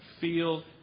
feel